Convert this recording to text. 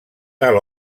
tal